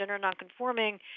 nonconforming